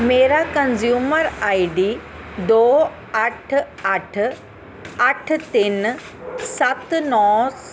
ਮੇਰਾ consumer ID ਦੋ ਅੱਠ ਅੱਠ ਅੱਠ ਤਿੰਨ ਸੱਤ ਨੌਂ